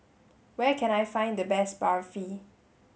where can I find the best Barfi